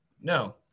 No